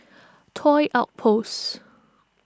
Toy Outpost